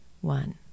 One